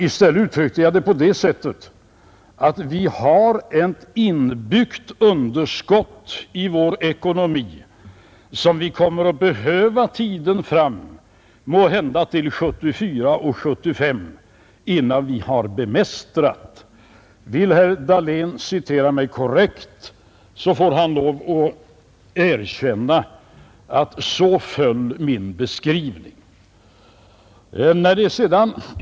I stället uttryckte jag det så att vi har ett inbyggt underskott i vår ekonomi, som vi kommer att behöva under tiden fram till måhända 1974 eller 1975 innan vi har bemästrat situationen. Vill herr Dahlén citera mig korrekt får han lov att erkänna att min beskrivning föll så.